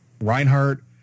Reinhardt